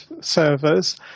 servers